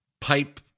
pipe